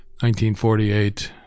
1948